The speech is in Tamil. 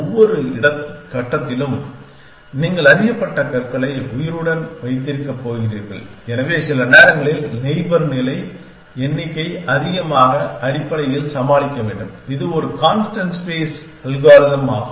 ஒவ்வொரு கட்டத்திலும் நீங்கள் அறியப்பட்ட கற்றைகளை உயிருடன் வைத்திருக்கப் போகிறீர்கள் எனவே சில நேரங்களில் நெய்பர் நிலை எண்ணிக்கை அதிகபட்சமாக அடிப்படையில் சமாளிக்க வேண்டும் இது ஒரு கான்ஸ்டண்ட் ஸ்பேஸ் அல்காரிதம் ஆகும்